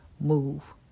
move